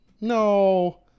No